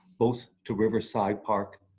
both to riverside park,